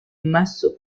messo